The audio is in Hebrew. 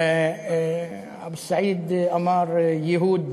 אבו סעיד אמר: ייהוד